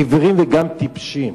עיוורים וגם טיפשים?